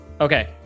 Okay